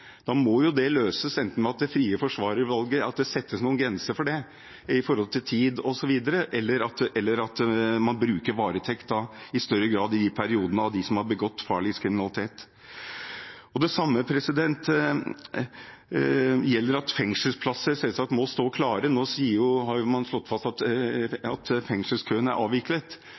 Da må jo det løses, enten ved at det når det gjelder det frie forsvarervalget, settes noen grenser for det med tanke på tid osv., eller at man i perioder bruker varetekt i større grad for dem som har begått farlig kriminalitet. Det samme gjelder at fengselsplasser selvsagt må stå klare. Nå har man jo slått fast at fengselskøene er avviklet,